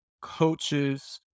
coaches